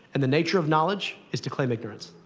and the nature of knowledge is to claim ignorance.